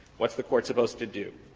what's the court supposed to do?